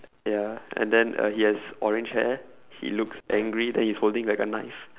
ya and then uh he has orange hair he looks angry then he's holding like a knife